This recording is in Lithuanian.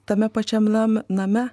tame pačiam nam name